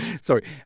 Sorry